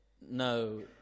no